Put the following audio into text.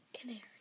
Canary